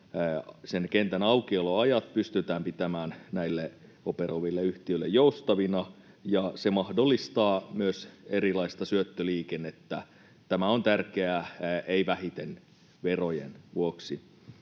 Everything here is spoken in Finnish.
sen kentän aukioloajat pystytään pitämään näille operoiville yhtiöille joustavina ja se mahdollistaa myös erilaista syöttöliikennettä. Tämä on tärkeää, ei vähiten verojen vuoksi.